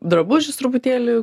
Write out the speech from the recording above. drabužius truputėlį